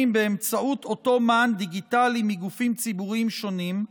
באמצעות אותו מען דיגיטלי מגופים ציבוריים שונים,